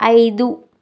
ఐదు